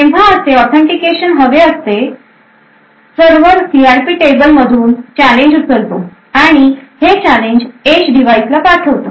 जेव्हा असे ऑथेंटिकेशन हवे असते सर्व्हर CRP Table मधून चॅलेंज उचलतो आणि हे चॅलेंज एज डिव्हाइस ला पाठवतो